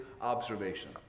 observation